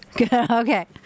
Okay